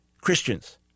Christians